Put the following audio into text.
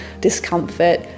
discomfort